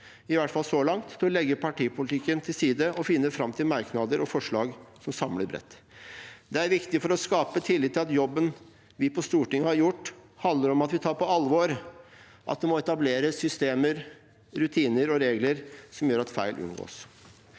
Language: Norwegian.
i hvert fall så langt, til å legge partipolitikken til side og finne fram til merknader og forslag som samler bredt. Det er viktig for å skape tillit til at jobben vi på Stortinget har gjort, handler om at vi tar på alvor at det må etableres systemer, rutiner og regler som gjør at feil unngås.